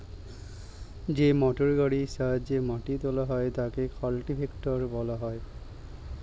যে মোটরগাড়ির সাহায্যে মাটি তোলা হয় তাকে কাল্টিভেটর বলা হয়